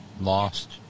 lost